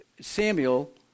Samuel